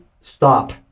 stop